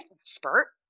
expert